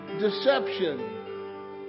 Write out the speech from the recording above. deception